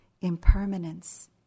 impermanence